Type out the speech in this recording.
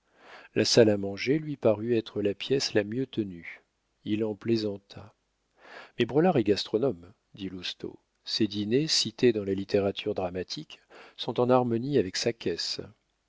la salle à manger lui parut être la pièce la mieux tenue il en plaisanta mais braulard est gastronome dit lousteau ses dîners cités dans la littérature dramatique sont en harmonie avec sa caisse